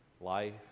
life